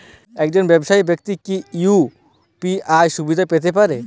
একজন ব্যাবসায়িক ব্যাক্তি কি ইউ.পি.আই সুবিধা পেতে পারে?